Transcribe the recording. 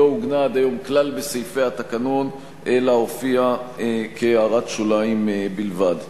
לא עוגנה עד היום כלל בסעיפי התקנון אלא הופיעה כהערת שוליים בלבד.